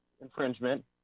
infringement